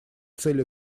цель